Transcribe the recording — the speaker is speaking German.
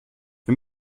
wir